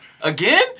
Again